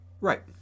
Right